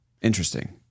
Interesting